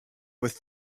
with